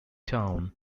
town